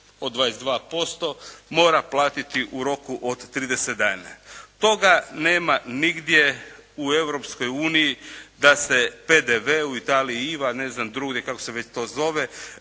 od 22% mora platiti u roku od 30 dana. Toga nema nigdje u Europskoj uniji da se PDV u Italiji i IVA ne znam drugdje kako se već to zove